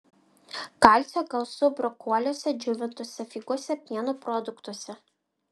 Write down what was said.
kalcio gausu brokoliuose džiovintose figose pieno produktuose